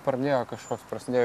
pradėjo kažkoks prasidėjo